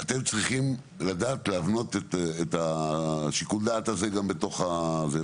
שאתם צריכים לדעת להבנות את שיקול הדעת הזה גם בתוך הזה,